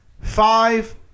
five